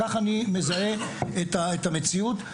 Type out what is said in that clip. כך אני מזהה את המציאות,